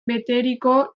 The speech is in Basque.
beteriko